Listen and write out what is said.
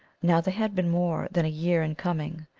now they had been more than a year in coming.